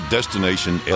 Destination